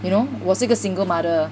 you know 我是一个 single mother